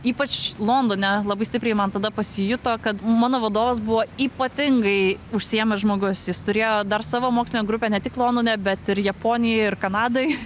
ypač londone labai stipriai man tada pasijuto kad mano vadovas buvo ypatingai užsiėmęs žmogus jis turėjo dar savo mokslinę grupę ne tik londone bet ir japonijoj ir kanadoj